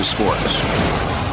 Sports